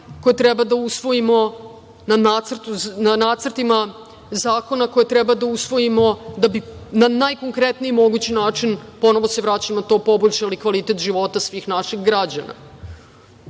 koje treba da usvojimo, na nacrtima zakona koje treba da usvojimo da bi na najkonkretniji mogući način, ponovo se vraćam na to, poboljšali kvalitet života svih naših građana. Dakle,